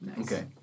Okay